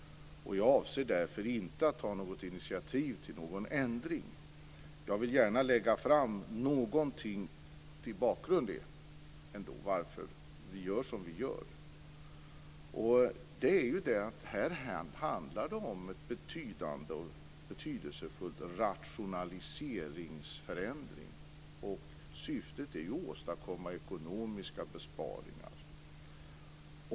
Jag avser därför inte att ta initiativ till någon ändring. Jag vill gärna lägga fram något av bakgrunden till varför vi gör som vi gör. Det är det att detta handlar om en betydande och betydelsefull rationaliseringsförändring, och syftet är att åstadkomma ekonomiska besparingar.